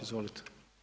Izvolite.